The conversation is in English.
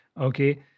okay